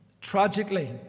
Tragically